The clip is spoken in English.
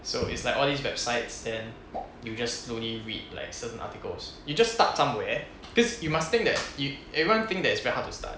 so it's like all these websites then you just slowly read like certain articles you just start somewhere cause you must think that you everyone think that it's very hard to start